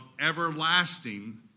everlasting